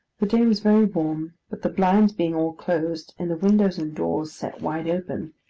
the day was very warm, but the blinds being all closed, and the windows and doors set wide open,